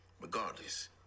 regardless